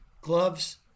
gloves